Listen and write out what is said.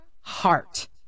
heart